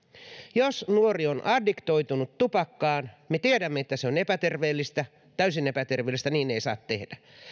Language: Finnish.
jos nuori on addiktoitunut tupakkaan me tiedämme että se on epäterveellistä täysin epäterveellistä niin ei saa tehdä